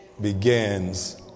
begins